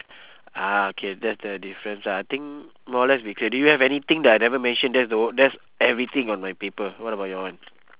ah okay that's the difference lah I think more or less we clear do you have anything that I never mention that is the wh~ that's everything on my paper what about your one